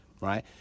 right